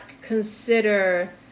consider